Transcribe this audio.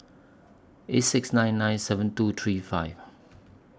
eight six nine nine seven two three five